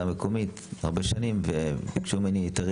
המקומית הרבה שנים וביקשו ממני היתרי